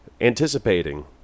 anticipating